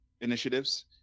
initiatives